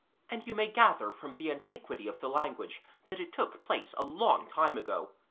and you may gather from the antiquity of the language that it took place a long time ago.